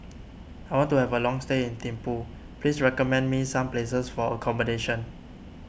I want to have a long stay in Thimphu please recommend me some places for accommodation